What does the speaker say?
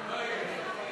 נתקבל.